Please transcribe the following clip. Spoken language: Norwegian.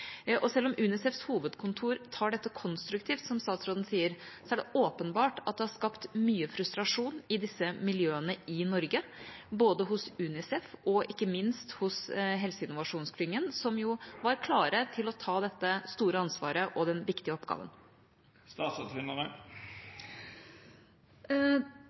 Og selv om UNICEFs hovedkontor tar dette konstruktivt, som statsråden sier, er det åpenbart at det har skapt mye frustrasjon i disse miljøene i Norge, både hos UNICEF og ikke minst hos helseinnovasjonsklyngen, som jo var klar til å ta dette store ansvaret og den viktige oppgaven.